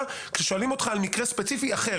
כששואלים אותך על מקרה ספציפי אחר,